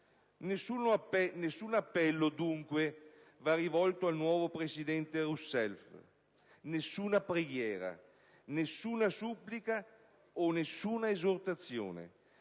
Nessun appello dunque va rivolto al nuovo presidente Rousseff, nessuna preghiera, nessuna supplica e nessuna esortazione.